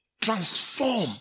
transform